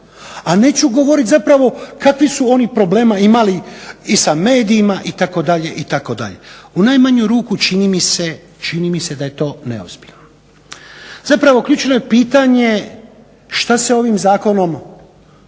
A neću govorit zapravo kakvih su oni problema imali i sa medijima itd., itd. U najmanju ruku čini mi se da je to neozbiljno. Zapravo ključno je pitanje šta se ovim zakonom želi